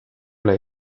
ole